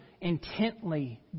intently